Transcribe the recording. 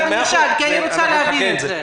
אנחנו נשאל, כי אני רוצה להבין את זה.